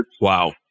Wow